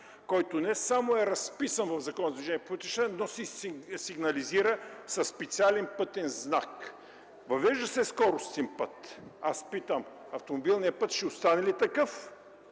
движение по пътищата, но се сигнализира със специален пътен знак. Въвежда се скоростен път. Аз питам: автомобилният път ще остане ли такъв?